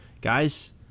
Guys